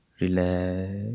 relax